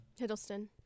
Hiddleston